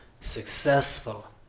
successful